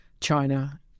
China